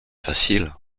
facile